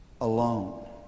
alone